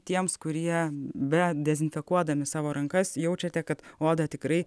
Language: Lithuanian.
tiems kurie be dezinfekuodami savo rankas jaučiate kad oda tikrai